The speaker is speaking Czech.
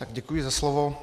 Tak děkuji za slovo.